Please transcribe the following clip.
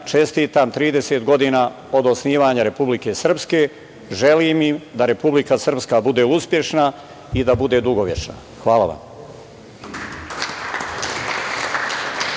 čestitam 30 godina od osnivanja Republike Srpske. Želim im da Republika Srpska bude uspešna i da bude dugovečna. Hvala vam.